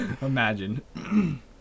Imagine